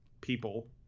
people